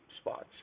spots